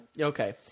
okay